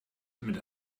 mit